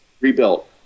rebuilt